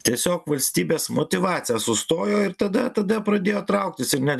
tiesiog valstybės motyvacija sustojo ir tada tada pradėjo trauktis ir net